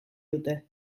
dute